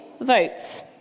votes